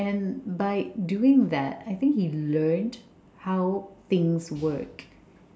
and by doing that I think he learnt how things work